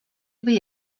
või